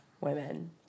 women